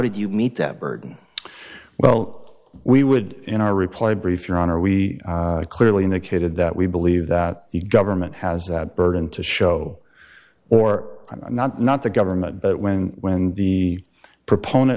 did you meet that burden well we would in our reply brief your honor we clearly indicated that we believe that the government has that burden to show or not not the government but when when the proponent